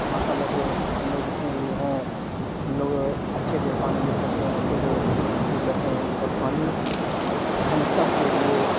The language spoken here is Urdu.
ماشاء اللہ سے ہم لوگ جتنے بھی ہیں ہم لوگ اچھے سے پانی یوز کرتے ہیں اچھے سے سب چیز کرتے ہیں اور پانی ہم سب کے لیے